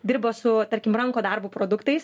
dirba su tarkim rankų darbo produktais